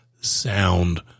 sound